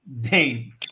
Dane